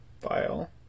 file